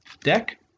deck